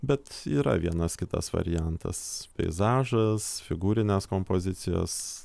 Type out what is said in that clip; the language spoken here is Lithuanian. bet yra vienas kitas variantas peizažas figūrinės kompozicijos